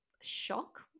shock